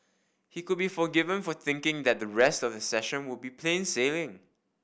he could be forgiven for thinking that the rest of the session would be plain sailing